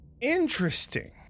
Interesting